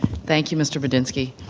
thank you, mr. budinski.